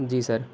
جی سر